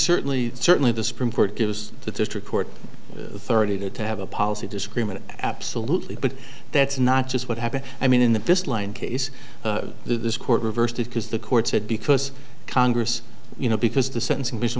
certainly certainly the supreme court gives the district court thirty two to have a policy disagreement absolutely but that's not just what happened i mean in the bistline case the court reversed it because the court said because congress you know because the sentencing vision